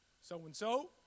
So-and-so